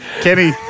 Kenny